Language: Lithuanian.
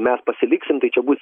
mes pasiliksim tai čia bus